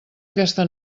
aquesta